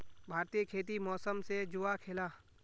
भारतीय खेती मौसम से जुआ खेलाह